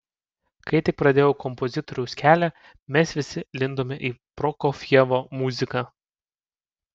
kai tik pradėjau kompozitoriaus kelią mes visi lindome į prokofjevo muziką